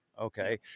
Okay